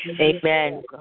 Amen